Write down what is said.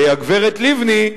הגברת לבני,